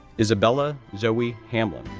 isabelle ah zoe hameln,